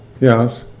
Yes